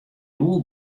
doel